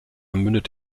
mündet